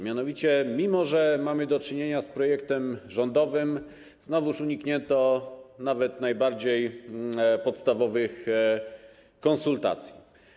Mianowicie mimo że mamy do czynienia z projektem rządowym, znowu uniknięto nawet najbardziej podstawowych konsultacji.